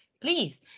Please